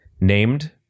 named